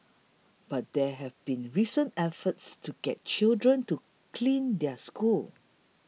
but there have been recent efforts to get children to clean their schools